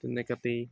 তেনেকাতেই